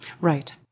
Right